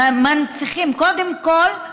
קודם כול,